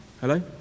Hello